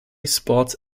sports